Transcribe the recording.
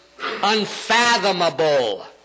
unfathomable